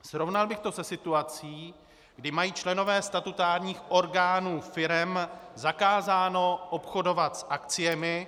Srovnal bych to se situací, kdy mají členové statutárních orgánů firem zakázáno obchodovat s akciemi.